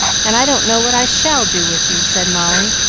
and i don't know what i shall do with you, said molly,